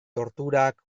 torturak